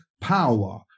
power